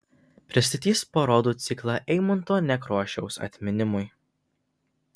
pristatys parodų ciklą eimunto nekrošiaus atminimui